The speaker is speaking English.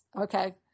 okay